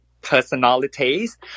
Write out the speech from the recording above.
personalities